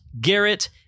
Garrett